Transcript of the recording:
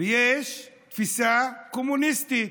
ויש תפיסה קומוניסטית,